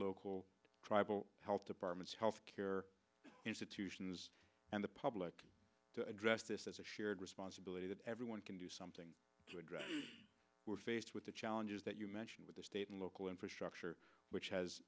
local tribal health departments health care institutions and the public to address this as a shared responsibility that everyone can do something to address we're faced with the challenges that you mentioned with the state and local infrastructure which has